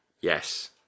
Yes